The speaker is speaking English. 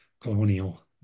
colonial